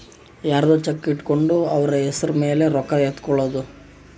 ಯರ್ದೊ ಚೆಕ್ ಇಟ್ಕೊಂಡು ಅವ್ರ ಹೆಸ್ರ್ ಮೇಲೆ ರೊಕ್ಕ ಎತ್ಕೊಳೋದು